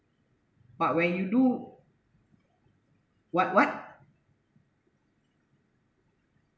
but when you do what what